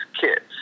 kids